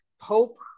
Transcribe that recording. pope